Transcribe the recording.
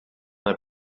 n’a